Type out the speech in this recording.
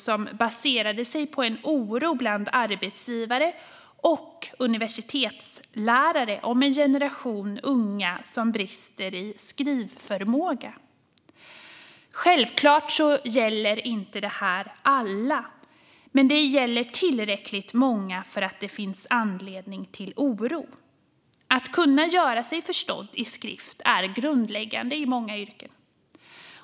Den baserade sig på en oro bland arbetsgivare och universitetslärare över en generation unga som brister i skrivförmåga. Självklart gäller detta inte alla, men det gäller tillräckligt många för att det ska finnas anledning till oro. Att kunna göra sig förstådd i skrift är grundläggande inom många yrken.